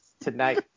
tonight